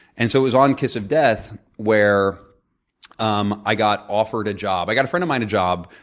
and so it was on kiss of death where um i got offered a job. i got a friend of mine a job,